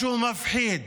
משהו מפחיד